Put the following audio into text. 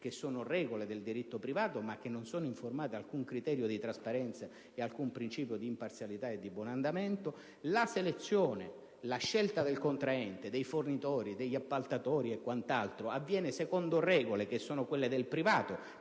che sono proprie del diritto privato ma non sono informate ad alcun criterio di trasparenza e ad alcun principio di imparzialità e di buon andamento della pubblica amministrazione; la selezione e la scelta del contraente, dei fornitori, degli appaltatori e quant'altro avviene secondo regole che sono quelle del diritto